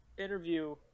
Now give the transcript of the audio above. interview